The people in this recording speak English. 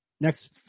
Next